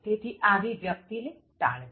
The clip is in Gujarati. તેથી આવી વ્યક્તિ ને ટાળવી